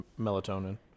Melatonin